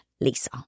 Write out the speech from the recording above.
Lisa